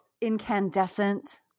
incandescent